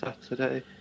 saturday